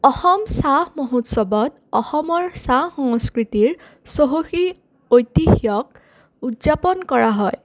অসম চাহ মহোৎসৱত অসমৰ চাহ সংস্কৃতিৰ চহকী ঐতিহ্যক উদযাপন কৰা হয়